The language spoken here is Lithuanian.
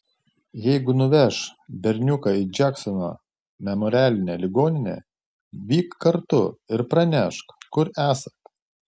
jeigu nuveš berniuką į džeksono memorialinę ligoninę vyk kartu ir pranešk kur esat